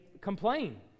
complain